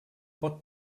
pot